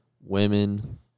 women